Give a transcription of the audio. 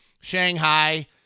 Shanghai